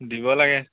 দিব লাগে